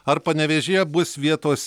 ar panevėžyje bus vietos